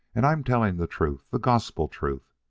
and i'm telling the truth, the gospel truth.